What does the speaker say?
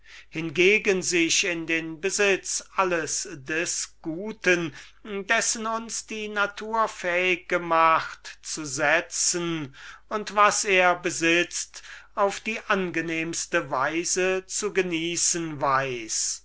hingegen sich in den besitz alles des guten dessen uns die natur fähig gemacht hat zu setzen und was er besitzt auf die angenehmste art zu genießen weiß